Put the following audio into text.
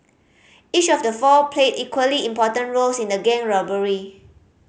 each of the four played equally important roles in the gang robbery